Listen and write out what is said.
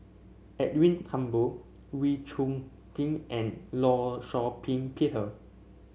Edwin Thumboo Wee Chong Jin and Law Shau Ping Peter